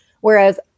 Whereas